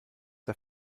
der